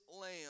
lamb